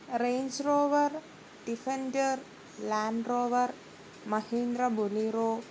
Range Rover Defender Land Rover Mahindra Bolero